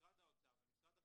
משרד האוצר ומשרד החינוך,